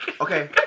Okay